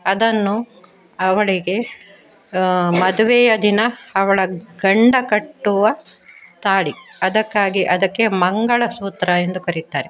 ಅದನ್ನು ಅವಳಿಗೆ ಮದುವೆಯ ದಿನ ಅವಳ ಗಂಡ ಕಟ್ಟುವ ತಾಳಿ ಅದಕ್ಕಾಗಿ ಅದಕ್ಕೆ ಮಂಗಳಸೂತ್ರ ಎಂದು ಕರೆಯುತ್ತಾರೆ